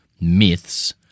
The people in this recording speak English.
Myths